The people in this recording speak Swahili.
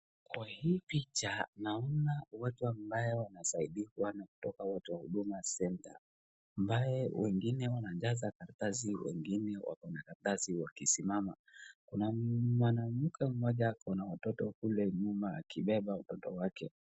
Kwa hii picha naona watu ambaye wanasaidiwa na kutoka na watu wa Hudumu Centre ambaye wengine wanajaza karatasi, wengine wakona na karatasi wakisimama. Kuna na mwanamke mmoja akona na watoto kule nyuma akibeba mtoto wake.